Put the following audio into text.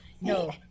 No